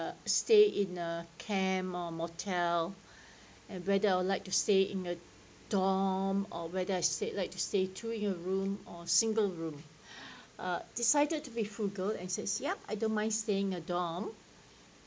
uh stay in a camp or motel and whether I would like to stay in a dorm or whether I said like to say twin room or single room uh decided to be frugal and said yup I don't mind staying a dorm